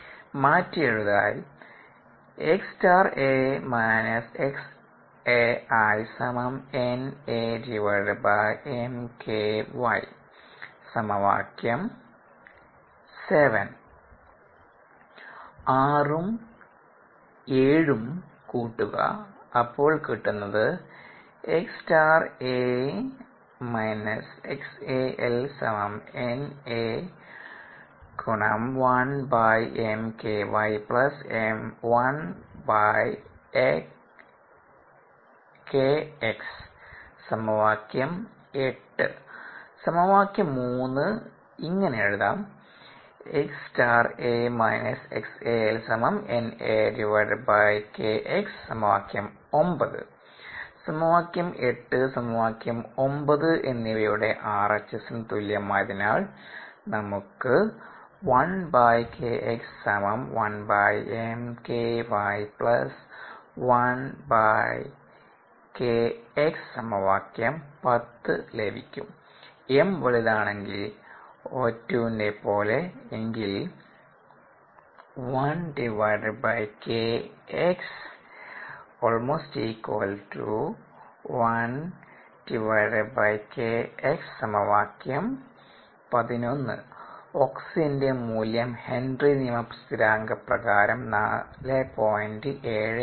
മാറ്റിയെഴുതിയാൽ ഉം ഉം കൂട്ടുകഅപ്പോൾ കിട്ടുന്നത് ഇങ്ങനെ എഴുതാം എന്നിവയുടെ RHS തുല്യമായതിനാൽ നമുക്ക് ലഭിക്കും m വലുതാണെങ്കിൽ O2 നെപോലെ എങ്കിൽ ഓക്സിജന്റെ മൂല്യം ഹെന്റി നിയമ സ്ഥിരാങ്കപ്രകാരം 4